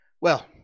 Well